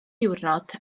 diwrnod